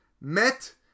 Met